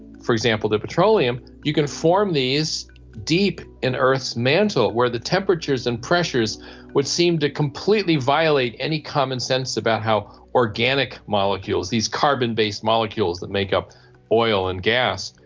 for example the petroleum, you can form these deep in earth's mantle where the temperatures and pressures would seem to completely violate any common sense about how organic molecules, these carbon-based molecules that make up oil and gas,